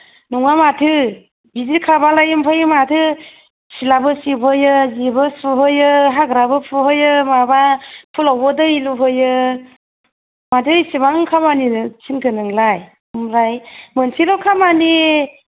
नङा माथो बिदिखाबालाय माथो सिथ्लाबो सिबहोयो जिबो सुहोयो हाग्राबो फुहोयो माबा फुलावबो दै लुहोयो माथो एसेबां खामानि थिनखो नोंलाय ओमफ्राय मोनसेल' खामानि